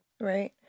Right